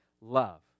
love